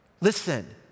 listen